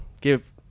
give